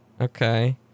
Okay